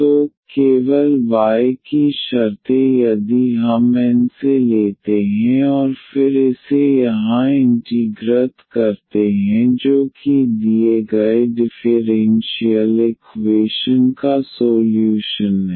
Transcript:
तो केवल y की शर्तें यदि हम N से लेते हैं और फिर इसे यहां इंटीग्रत करते हैं जो कि दिए गए डिफ़ेरेन्शियल इक्वेशन का सोल्यूशन है